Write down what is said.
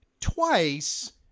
twice